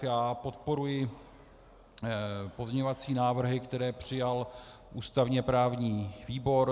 Já podporuji pozměňovací návrhy, které přijal ústavněprávní výbor.